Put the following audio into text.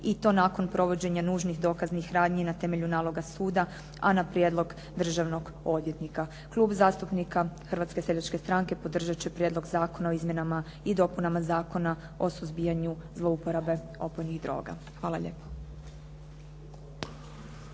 i to nakon provođenja nužnih dokaznih radnji na temelju naloga suda, a na prijedlog državnog odvjetnika. Klub zastupnika Hrvatske seljačke stranke podržat će Prijedlog zakona o izmjenama i dopunama Zakona o suzbijanju zlouporabe opojnih droga. Hvala lijepo.